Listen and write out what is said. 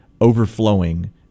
overflowing